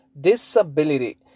Disability